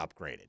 upgraded